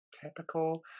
typical